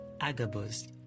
Agabus